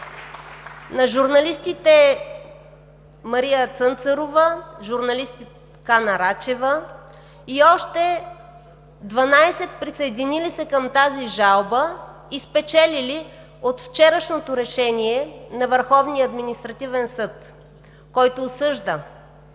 на журналистите Мария Цънцарова, журналистката Канна Рачева и още 12 присъединили се към тази жалба и спечелили от вчерашното решение на Върховния административен съд, който осъжда